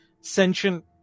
sentient